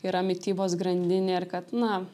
yra mitybos grandinė ir kad na